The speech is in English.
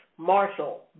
Marshall